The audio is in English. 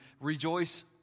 rejoice